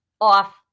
off